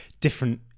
different